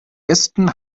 besten